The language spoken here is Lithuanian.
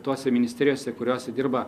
tose ministerijose kuriose dirba